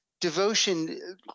devotion